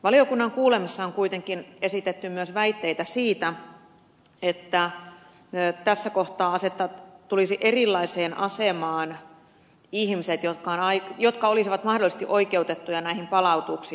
valiokunnan kuulemisessa on kuitenkin esitetty myös väitteitä siitä että tässä kohtaa tulisivat erilaiseen asemaan ihmiset jotka olisivat mahdollisesti oikeutettuja näihin palautuksiin